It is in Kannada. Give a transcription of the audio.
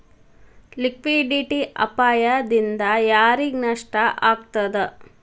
ಲಿಕ್ವಿಡಿಟಿ ಅಪಾಯ ದಿಂದಾ ಯಾರಿಗ್ ನಷ್ಟ ಆಗ್ತದ?